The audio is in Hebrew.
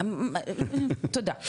תודה,